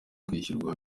kwishyurwa